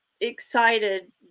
excited